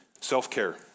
Self-care